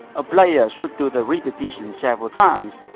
a player should do the repetition several times.